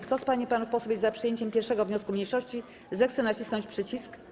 Kto z pań i panów posłów jest za przyjęciem 1. wniosku mniejszości, zechce nacisnąć przycisk.